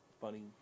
Funny